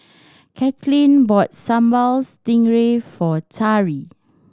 Katelyn bought Sambal Stingray for Tari